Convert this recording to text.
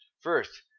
first,